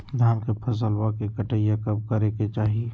धान के फसलवा के कटाईया कब करे के चाही?